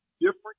different